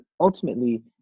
ultimately